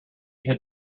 had